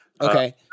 Okay